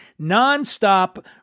nonstop